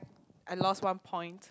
I lost one point